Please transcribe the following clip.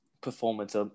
performance